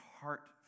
heart